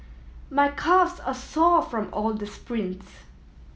my calves are sore from all the sprints